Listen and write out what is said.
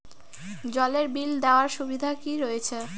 জলের বিল দেওয়ার সুবিধা কি রয়েছে?